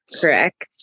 Correct